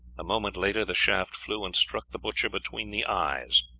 a moment later the shaft flew and struck the butcher between the eyes,